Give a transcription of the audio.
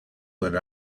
that